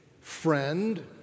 friend